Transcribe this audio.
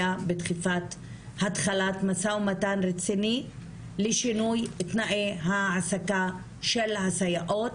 בדחיפת התחלת משא ומתן רציני לשינוי תנאי העסקה של הסייעות,